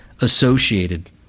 associated